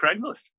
craigslist